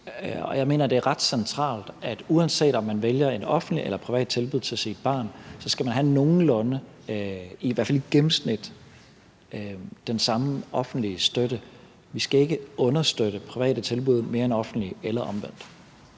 Og jeg mener, det er ret centralt, at uanset om man vælger et offentligt eller et privat tilbud til sit barn, skal man have nogenlunde den samme, i hvert fald i gennemsnit, offentlige støtte. Vi skal ikke understøtte private tilbud mere end offentlige eller omvendt.